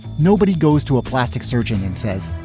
nobody goes to a plastic surgeon and says,